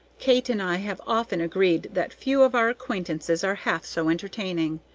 kate and i have often agreed that few of our acquaintances are half so entertaining.